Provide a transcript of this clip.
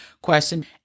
Question